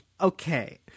okay